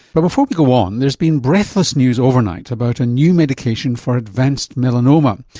but before we go on, there's been breathless news overnight about a new medication for advanced melanoma,